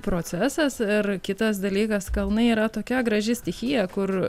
procesas ar kitas dalykas kalnai yra tokia graži stichija kur